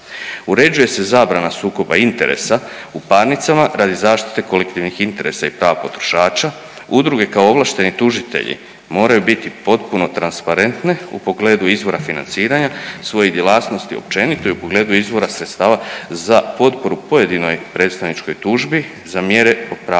Uređuje se zabrana sukoba interesa u parnicama radi zaštite kolektivnih interesa i prava potrošača. Udruge kao ovlašteni tužitelji moraju biti potpuno transparentne u pogledu izvora financiranja svojih djelatnosti općenito i u pogledu izvora sredstava za potporu pojedinoj predstavničkoj tužbi za mjere popravljanja